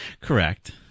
Correct